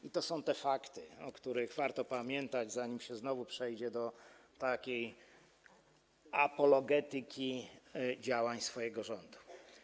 I to są te fakty, o których warto pamiętać, zanim się znowu przejdzie do takiej apologetyki działań swojego rządu.